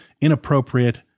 inappropriate